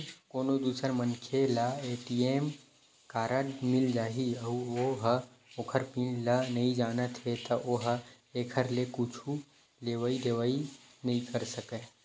कोनो दूसर मनखे ल ए.टी.एम कारड मिल जाही अउ ओ ह ओखर पिन ल नइ जानत हे त ओ ह एखर ले कुछु लेवइ देवइ नइ कर सकय